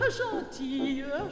gentille